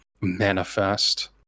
manifest